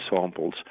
samples